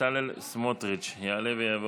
בצלאל סמוטריץ', יעלה ויבוא.